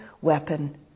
weapon